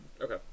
Okay